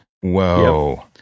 whoa